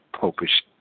Popish